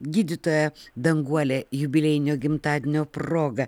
gydytoją danguolę jubiliejinio gimtadienio proga